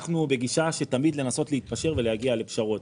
אנחנו בגישה תמיד לנסות להתפשר ולהגיע לפשרות